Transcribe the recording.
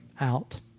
out